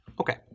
Okay